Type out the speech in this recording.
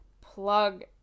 plug